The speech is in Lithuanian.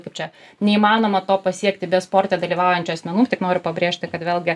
kaip čia neįmanoma to pasiekti be sporte dalyvaujančių asmenų tik noriu pabrėžti kad vėlgi